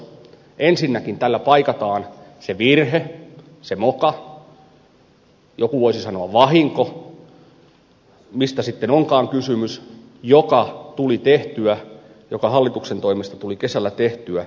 ensinnäkin tällä paikataan se virhe se moka joku voisi sanoa vahinko mistä sitten onkaan kysymys joka hallituksen toimesta tuli kesällä tehtyä